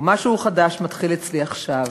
ומשהו חדש מתחיל אצלי עכשיו